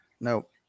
Nope